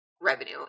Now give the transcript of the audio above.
revenue